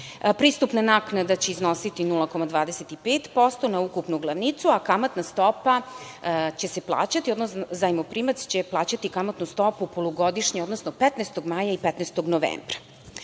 pristupna naknada će iznositi 0,25% na ukupnu glavnicu, a kamatna stopa će se plaćati, odnosno zajmoprimac će plaćati kamatnu stopu polugodišnju, odnosno 15. maja i 15. novembra. Kada